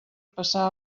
passar